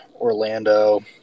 Orlando